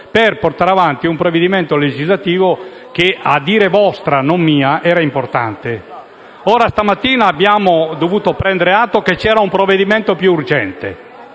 per portare avanti un provvedimento legislativo che, a dire vostro, non mio, era importante. Ma questa mattina abbiamo dovuto prendere atto che c'era un provvedimento più urgente